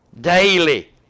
daily